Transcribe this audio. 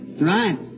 right